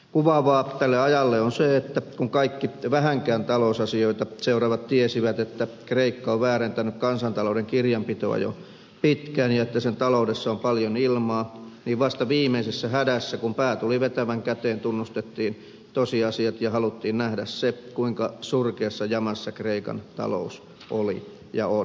kuvaavaa tälle ajalle on se että kun kaikki vähänkään talousasioita seuraavat tiesivät että kreikka on väärentänyt kansantalouden kirjanpitoa jo pitkään ja että sen taloudessa on paljon ilmaa niin vasta viimeisessä hädässä kun pää tuli vetävän käteen tunnustettiin tosiasiat ja haluttiin nähdä se kuinka surkeassa jamassa kreikan talous oli ja on